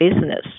business